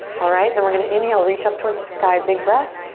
alright, then we're gonna inhale, reach up towards the sky, big breath.